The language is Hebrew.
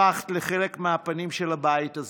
הפכת לחלק מהפנים של הבית הזה.